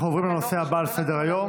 אנחנו עוברים לנושא הבא על סדר-היום,